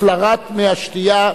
הפלרת מי השתייה.